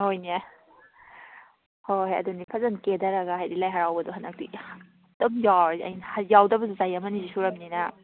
ꯍꯣꯏꯅꯦ ꯍꯣꯏ ꯍꯣꯏ ꯑꯗꯨꯅꯤ ꯐꯖꯅ ꯀꯦꯊꯔꯒ ꯍꯥꯏꯗꯤ ꯂꯥꯏ ꯍꯔꯥꯎꯕꯗꯣ ꯍꯟꯗꯛꯇꯤ ꯑꯗꯨꯝ ꯌꯥꯎꯔꯁꯤ ꯑꯩꯅ ꯌꯥꯎꯗꯕꯁꯨ ꯆꯍꯤ ꯑꯃꯅꯤꯗꯤ ꯁꯨꯔꯝꯅꯤꯅ